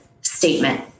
statement